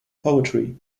poetry